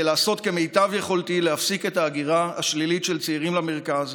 לעשות כמיטב יכולתי להפסיק את ההגירה השלילית של צעירים למרכז,